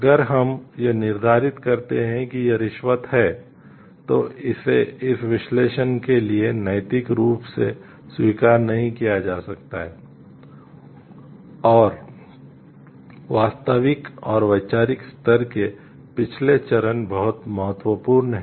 अगर हम यह निर्धारित करते हैं कि यह रिश्वत है तो इसे इस विश्लेषण के लिए नैतिक रूप से स्वीकार नहीं किया जा सकता है और वास्तविक और वैचारिक स्तर के पिछले चरण बहुत महत्वपूर्ण हैं